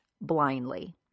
blindly